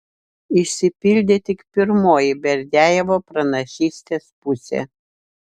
išsipildė tik pirmoji berdiajevo pranašystės pusė